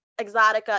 Exotica